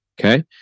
Okay